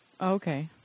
Okay